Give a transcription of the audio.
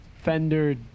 Fender